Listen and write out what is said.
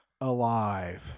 alive